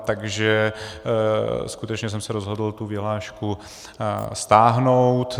Takže skutečně jsem se rozhodl tu vyhlášku stáhnout.